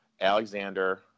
Alexander